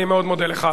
אני מאוד מודה לך.